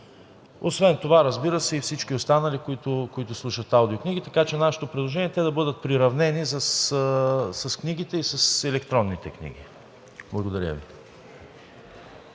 освен това, разбира се, и всички останали, които слушат аудиокниги. Така че нашето предложение е те да бъдат приравнени с книгите и с електронните книги. Благодаря Ви.